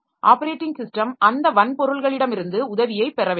operating system அந்த வன்பொருள்களிடமிருந்து உதவியைப் பெற வேண்டும்